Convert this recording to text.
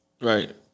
Right